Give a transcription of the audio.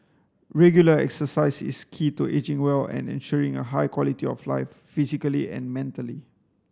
regular exercise is key to ageing well and ensuring a high quality of life physically and mentally